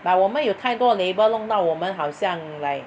but 我们有太多 label 弄到我们好像 like